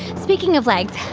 speaking of legs,